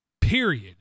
Period